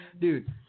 Dude